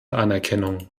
anerkennung